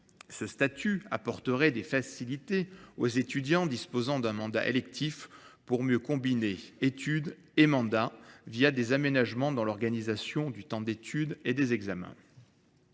Ce statut apporterait des facilités aux étudiants disposant d'un mandat électif pour mieux combiner études et mandats via des aménagements dans l'organisation du temps d'études et des examens.